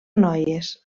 noies